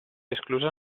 esclusa